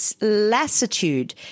lassitude